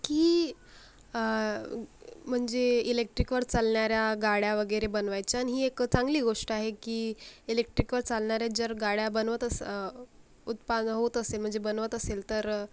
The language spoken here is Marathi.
की म्हणजे इलेक्ट्रिकवर चालणाऱ्या गाड्या वगैरे बनवायच्या आणि ही एक चांगली गोष्ट आहे की इलेक्ट्रिकवर चालणाऱ्या जर गाड्या बनवत अस् उत्पादन होत असेल म्हणजे बनवत असेल तर